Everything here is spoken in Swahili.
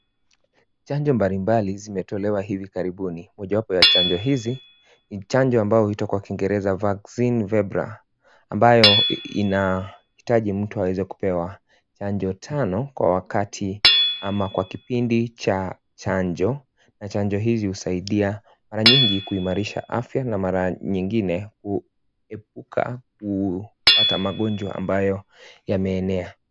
Chanjo mbalimbali zimetolewa hivi karibuni mojawapo ya chanjo hizi ni chanjo ambayo huitwa kwa kingereza Vaccine vebra ambayo inahitaji mtu aweze kupewa chanjo tano kwa wakati ama kwa kipindi cha chanjo, na chanjo hizi husaidia mara nyingi kuimarisha afya na mara nyingine kuepuka kupata magonjwa ambayo yameenea.